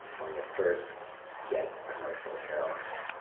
one of the first jet commercial airliners.